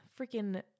freaking